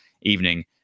evening